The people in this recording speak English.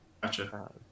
Gotcha